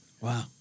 wow